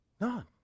none